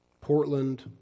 Portland